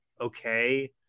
Okay